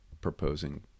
proposing